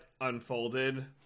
unfolded